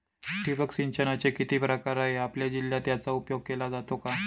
ठिबक सिंचनाचे किती प्रकार आहेत? आपल्या जिल्ह्यात याचा उपयोग केला जातो का?